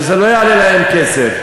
שזה לא יעלה להם כסף,